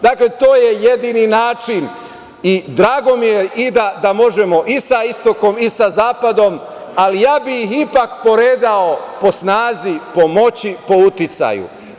Dakle, to je jedini način i drago mi je i da možemo i sa istokom i sa zapadom, ali ja bih ipak poređao po snazi, po moći, po uticaju.